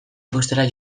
ikustera